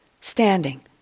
Standing